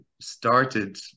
started